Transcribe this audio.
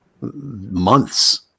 months